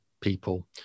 people